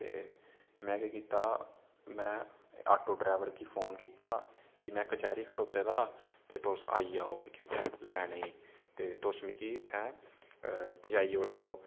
ते में केह् कीता में आटो ड्रैवर गी फोन कीता कि में कचैह्री खड़ोते दा ते तुस आई आओ मिकी उत्थें लैने ई ते तुस मिगी इत्थै पजाई ओड़ेओ